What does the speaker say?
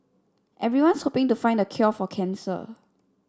everyone's hoping to find the cure for cancer